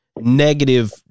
negative